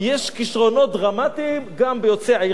יש כשרונות דרמטיים גם בקרב יוצאי עירק,